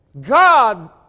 God